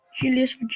Julius